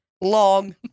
long